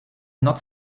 not